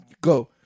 go